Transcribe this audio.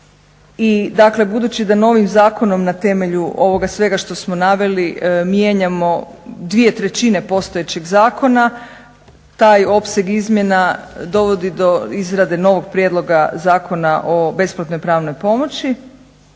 I dakle budući da novim zakonom na temelju ovoga svega što smo naveli mijenjamo dvije trećine postojećeg zakona taj opseg izmjena dovodi do izrade novog prijedloga Zakona o besplatnoj pravnoj pomoći